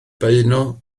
beuno